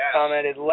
commented